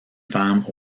femmes